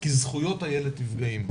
כי זכויות הילד נפגעים.